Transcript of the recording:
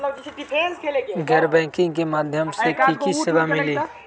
गैर बैंकिंग के माध्यम से की की सेवा मिली?